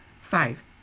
Five